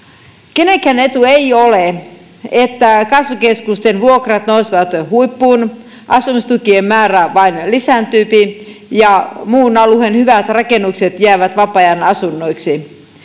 kenenkään etu ei ole että kasvukeskusten vuokrat nousevat huippuun asumistukien määrä vain lisääntyy ja muun alueen hyvät rakennukset jäävät vapaa ajanasunnoiksi